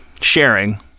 sharing